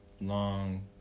long